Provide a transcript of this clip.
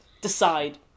decide